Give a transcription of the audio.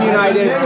United